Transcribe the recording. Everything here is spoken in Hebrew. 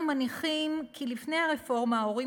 אנחנו מניחים כי לפני הרפורמה הורים